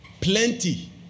plenty